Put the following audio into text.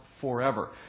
forever